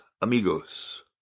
amigos